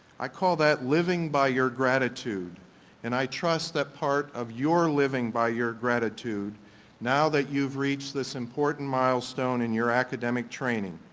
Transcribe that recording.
i call that living by your gratitude and i trust that part of your living by your gratitude now that you've reached this important milestone in your academic training,